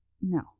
No